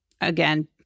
again